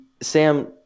Sam